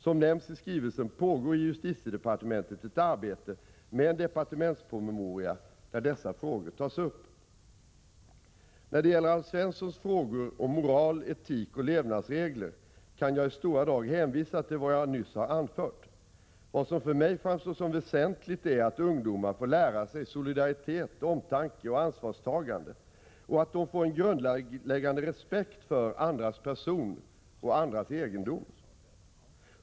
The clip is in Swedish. Som nämns i skrivelsen pågår i justitiedepartementet ett arbete med en departementspromemoria där dessa frågor tas upp. När det gäller Alf Svenssons frågor om moral, etik och levnadsregler kan jagistora drag hänvisa till vad jag nyss har anfört. Vad som för mig framstår som väsentligt är att ungdomar får lära sig solidaritet, omtanke och ansvarstagande och att de får en grundlägggande respekt för andras person och andras egendom.